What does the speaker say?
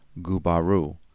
Gubaru